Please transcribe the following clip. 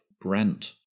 Brent